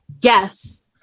Yes